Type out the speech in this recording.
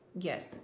Yes